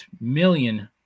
million